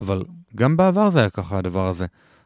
אבל גם בעבר זה היה ככה הדבר הזה.